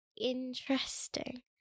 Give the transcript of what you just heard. interesting